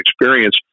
experience